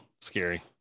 scary